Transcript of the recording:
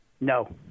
no